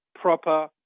proper